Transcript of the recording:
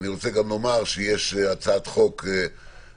רוצה גם לומר שיש הצעת חוק נוספת,